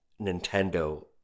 Nintendo